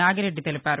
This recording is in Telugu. నాగిరెడ్డి తెలిపారు